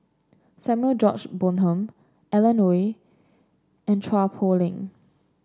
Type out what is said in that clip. Samuel George Bonham Alan Oei and Chua Poh Leng